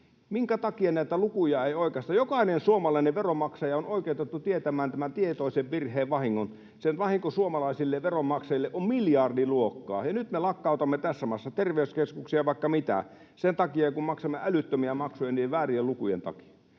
Minkä takia näitä lukuja ei oikaista? Jokainen suomalainen veronmaksaja on oikeutettu tietämään tämän tietoisen virheen vahingon. Sen vahinko suomalaisille veronmaksajille on miljardiluokkaa. Ja nyt me lakkautamme tässä maassa terveyskeskuksia ja vaikka mitä sen takia, että maksamme älyttömiä maksuja niiden väärien lukujen takia.